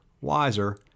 wiser